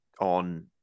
on